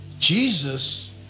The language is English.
Jesus